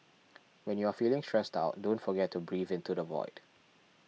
when you are feeling stressed out don't forget to breathe into the void